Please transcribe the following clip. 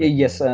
yes. ah